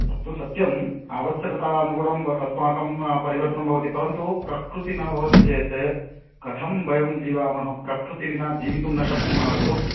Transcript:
तत्तु सत्यम् आवश्यकतानुगुणम् अस्माकं परिवर्तनं भवति परन्तु प्रकृतिः न भवति चेत् कथं वयं जीवामः प्रकृतिं विना जीवितुं न शक्नुमः खलु